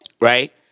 Right